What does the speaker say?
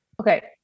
Okay